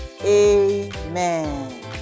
Amen